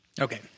Okay